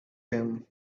him